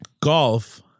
Golf